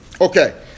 Okay